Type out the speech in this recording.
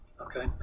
Okay